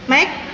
Mike